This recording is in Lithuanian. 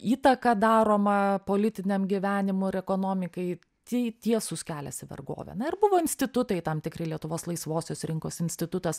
įtaka daroma politiniam gyvenimui ar ekonomikai tai tiesus kelias į vergovę na ir buvo institutai tam tikri lietuvos laisvosios rinkos institutas